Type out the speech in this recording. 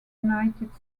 united